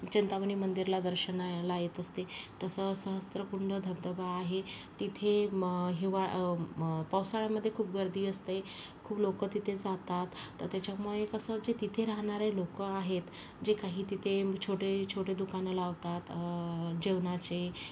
चिंतामणी मंदिरला दर्शनाला येत असते तसं सहस्रकुंड धबधबा आहे तिथे म हिवाळा पावसाळ्यामध्ये खूप गर्दी असते खूप लोकं तिथे जातात तर त्याच्यामुळे कसं की तिथे राहणारे लोकं आहेत जे काही तिथे छोटे छोटे दुकानं लावतात जेवणाचे